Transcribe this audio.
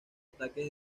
ataques